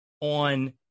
on